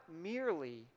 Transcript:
merely